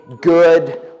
good